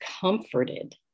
comforted